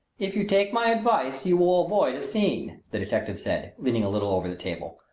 if you take my advice you will avoid a scene, the detective said, leaning a little over the table.